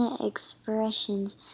expressions